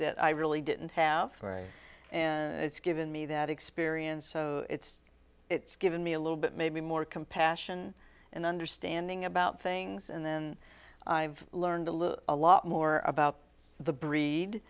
that i really didn't have very and it's given me that experience so it's it's given me a little bit maybe more compassion and understanding about things and then i've learned a little a lot more about the breed